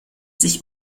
sich